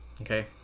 okay